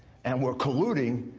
and were colluding,